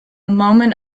moment